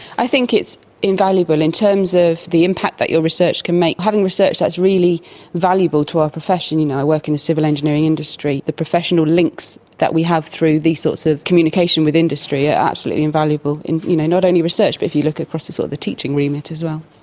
i think it's invaluable in terms of the impact that your research can make. having research that's really valuable to our profession, you know, i work in the civil engineering industry, the professional links that we have through these sorts of communication with industry are absolutely invaluable, in you know not only research, but if you look across the so the teaching remit as well.